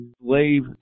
slave